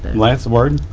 last word.